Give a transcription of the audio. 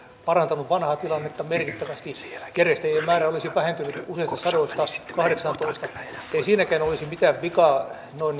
parantanut vanhaa tilannetta merkittävästi järjestäjien määrä olisi vähentynyt useista sadoista kahdeksaantoista ei siinäkään olisi mitään vikaa